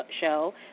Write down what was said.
Show